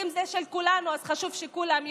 אם זה של כולנו, אז חשוב שכולם יפעלו.